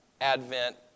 Advent